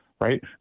right